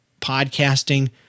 podcasting